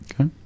Okay